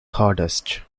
hardest